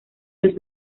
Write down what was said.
los